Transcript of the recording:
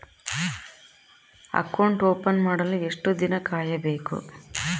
Account open ಮಾಡಲು ಎಷ್ಟು ದಿನ ಕಾಯಬೇಕು?